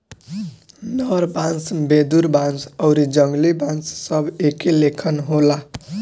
नर बांस, वेदुर बांस आउरी जंगली बांस सब एके लेखन होला